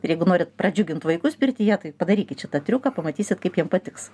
ir jeigu norit pradžiugint vaikus pirtyje tai padarykit šitą triuką pamatysit kaip jiem patiks